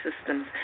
systems